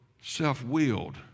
self-willed